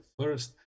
first